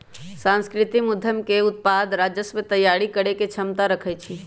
सांस्कृतिक उद्यम के उत्पाद राजस्व तइयारी करेके क्षमता रखइ छै